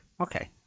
okay